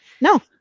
No